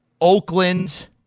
Oakland